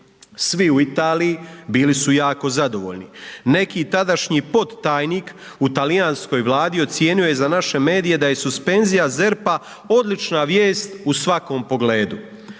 Svi u Italiji bili su jako zadovoljni. Neki tadašnji podtajnik u talijanskoj Vladi ocijenio je za naše medije da je suspenzija ZERP-a odlična vijest u svakom pogledu.